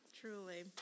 Truly